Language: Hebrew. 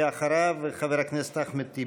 ואחריו, חבר הכנסת אחמד טיבי.